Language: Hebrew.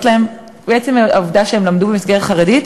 להם מעצם העובדה שהם למדו במסגרת חרדית,